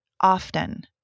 often